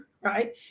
Right